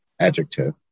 adjective